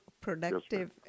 productive